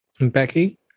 Becky